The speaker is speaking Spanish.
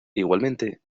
igualmente